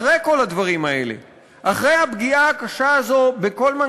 אחרי כל הדברים האלה,